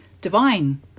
divine